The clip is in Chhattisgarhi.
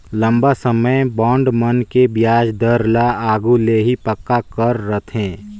लंबा समे बांड मन के बियाज दर आघु ले ही पक्का कर रथें